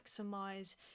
maximize